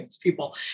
people